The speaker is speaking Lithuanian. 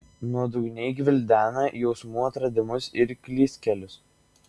nuodugniai gvildena jausmų atradimus ir klystkelius